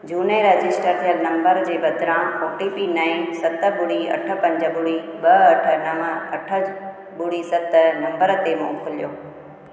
झूने रजिस्टर थियल नंबर जे बदिरां ओ टी पी नएं सत ॿुड़ी अठ पंज ॿुड़ी ॿ अठ नव अठ ॿुड़ी सत नंबर ते मोकिलियो